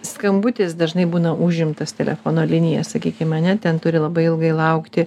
skambutis dažnai būna užimtas telefono linija sakykim ane ten turi labai ilgai laukti